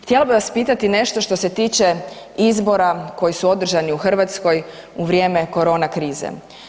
Htjela bih vas pitati nešto što se tiče izbora koji su održani u Hrvatskoj u vrijeme korona krize.